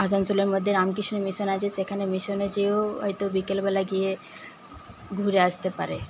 আসানসোলের মধ্যে রামকৃষ্ণ মিশন আছে সেইখানে মিশনে যেয়েও হয়তো বিকেলবেলা গিয়ে ঘুরে আসতে পারে